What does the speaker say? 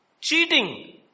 Cheating